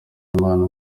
w’imana